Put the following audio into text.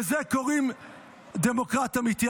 לזה קוראים דמוקרט אמיתי?